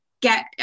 get